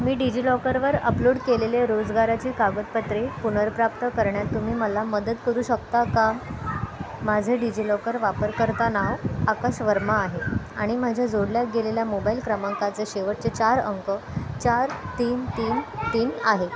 मी डिजि लॉकरवर अपलोड केलेले रोजगाराची कागदपत्रे पुनर्प्राप्त करण्यात तुम्ही मला मदत करू शकता का माझे डिजि लॉकर वापरकर्ता नाव आकाश वर्मा आहे आणि माझ्या जोडल्या गेलेल्या मोबाईल क्रमांकाचे शेवटचे चार अंक चार तीन तीन तीन आहे